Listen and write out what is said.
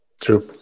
True